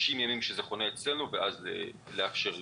ימים שהרכב חונה אצלנו ואז לאפשר לגרוט.